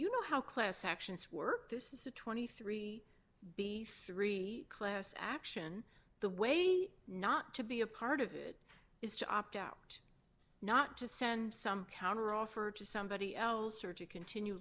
you know how class actions work this is a twenty three b three class action the way not to be a part of it is to opt out not to send some counteroffer to somebody else or to continue